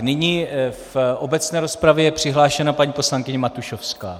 Nyní v obecné rozpravě je přihlášena paní poslankyně Matušovská.